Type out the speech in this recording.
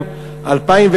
2000,